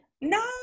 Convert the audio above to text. No